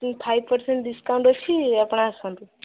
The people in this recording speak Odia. ଫାଇଭ୍ ପର୍ସେଣ୍ଟ୍ ଡିସ୍କାଉଣ୍ଟ୍ ଅଛି ଆପଣ ଆସନ୍ତୁ